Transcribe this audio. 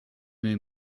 den